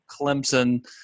Clemson